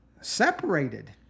separated